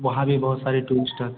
वहाँ भी बहुत सारे टूरिस्ट आते